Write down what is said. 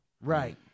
right